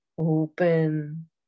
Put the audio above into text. Open